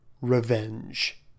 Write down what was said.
revenge